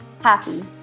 happy